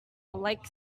like